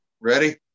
Ready